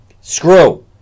screw